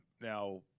Now –